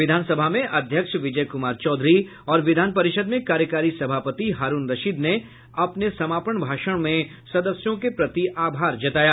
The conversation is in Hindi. विधानसभा में अध्यक्ष विजय कुमार चौधरी और विधान परिषद में कार्यकारी सभापति हारूण रशीद ने अपने समापन भाषण में सदस्यों के प्रति आभार जताया